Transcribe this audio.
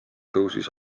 tõusis